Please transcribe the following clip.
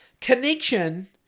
connection